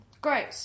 great